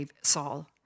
Saul